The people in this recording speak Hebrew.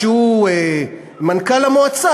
שהוא מנכ"ל המועצה,